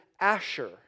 asher